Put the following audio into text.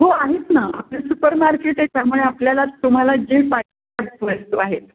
हो आहेत ना आपलं सुपरमार्केट आहे त्यामुळे आपल्याला तुम्हाला जे पाहिजे वस्तू आहेत